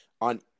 on